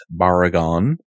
Baragon